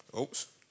oops